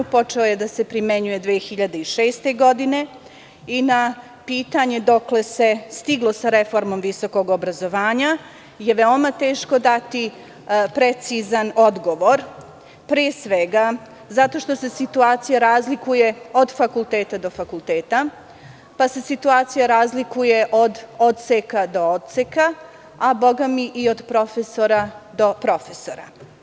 Počeo je da se primenjuje 2006. godine i na pitanje dokle se stiglo sa reformom visokog obrazovanja je veoma teško dati precizan odgovor, pre svega zato što se situacija razlikuje od fakulteta do fakulteta, pa se situacija razlikuje od odseka do odseka, a bogami i od profesora do profesora.